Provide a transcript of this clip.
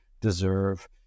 deserve